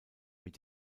mit